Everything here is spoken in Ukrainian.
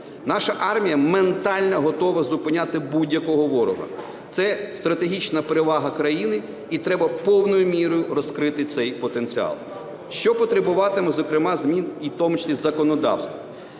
Наша армія ментально готова зупиняти будь-якого ворога, це стратегічна перевага країни і треба повною мірою розкрити цей потенціал, що потребуватиме зокрема змін і в тому числі законодавства.